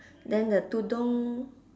then the tudung